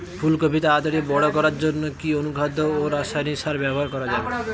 ফুল কপি তাড়াতাড়ি বড় করার জন্য কি অনুখাদ্য ও রাসায়নিক সার ব্যবহার করা যাবে?